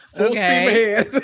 Okay